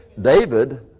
David